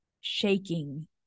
shaking